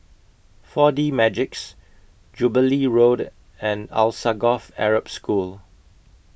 four D Magix Jubilee Road and Alsagoff Arab School